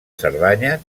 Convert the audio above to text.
cerdanya